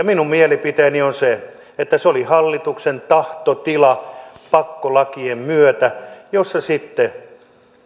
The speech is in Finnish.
minun mielipiteeni on se että se oli hallituksen tahtotila pakkolakien myötä jossa sitten